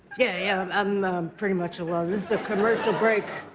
yeah, yeah, um i'm pretty much alone. this is a commercial break,